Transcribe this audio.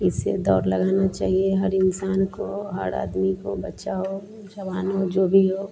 इससे दौड़ लगानी चाहिए हर इन्सान को हर आदमी को बच्चा हो जवान हो जो भी हो